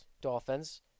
dolphins